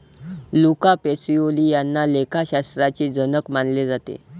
Luca Pacioli यांना लेखाशास्त्राचे जनक मानले जाते